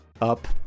Up